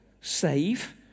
save